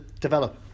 develop